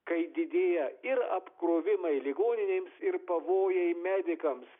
kai didėja ir apkrovimai ligoninėms ir pavojai medikams